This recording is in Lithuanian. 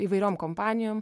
įvairiom kompanijom